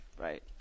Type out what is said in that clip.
right